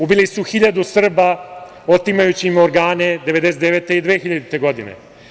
Ubili su hiljadu Srba otimajući im organe 1999. i 2000. godine.